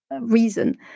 reason